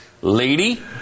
Lady